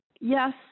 Yes